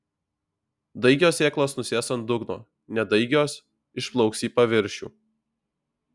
daigios sėklos nusės ant dugno nedaigios išplauks į paviršių